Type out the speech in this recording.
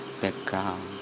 background